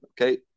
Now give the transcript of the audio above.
okay